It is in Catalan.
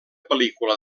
pel·lícula